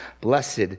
Blessed